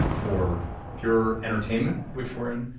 or pure entertainment, which we're in,